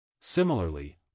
Similarly